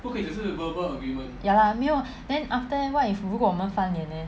ya lah 没有 then after that what if 如果我们翻脸 leh